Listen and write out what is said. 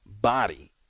body